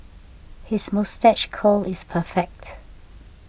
his moustache curl is perfect